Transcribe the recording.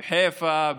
בחיפה,